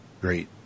Great